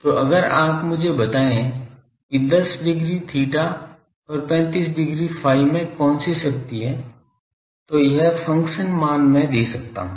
तो अगर आप मुझे बताएं कि 10 डिग्री theta और 35 डिग्री phi में कौन सी शक्ति है तो यह फ़ंक्शन मान मैं दे सकता हूं